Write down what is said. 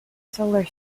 solar